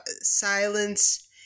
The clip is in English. silence